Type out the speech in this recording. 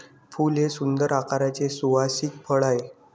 फूल हे सुंदर आकाराचे सुवासिक फळ आहे